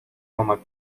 olmak